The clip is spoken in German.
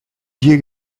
hier